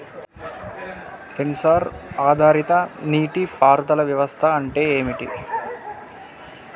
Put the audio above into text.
Censor ఆధారిత నీటి పారుదల వ్యవస్థ అంటే ఏమిటి?